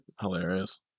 hilarious